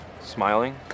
Smiling